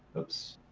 oops,